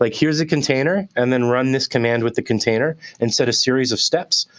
like here's a container and then run this command with the container and set a series of steps.